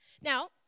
Now